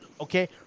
Okay